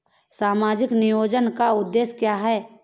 सामाजिक नियोजन का उद्देश्य क्या है?